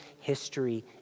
history